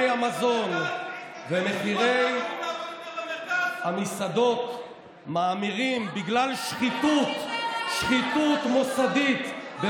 המזון ומחירי המסעדות מאמירים בגלל שחיתות מוסדית,